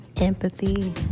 empathy